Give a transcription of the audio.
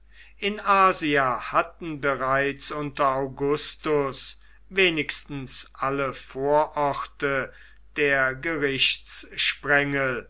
in asia hatten bereits unter augustus wenigstens alle vororte der